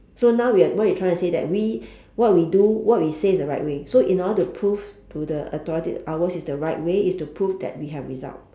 so now we are what you trying to say that we what we do what we say is the right way so in order to prove to the authority ours is the right way is to prove that we have result